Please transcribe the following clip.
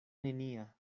nenia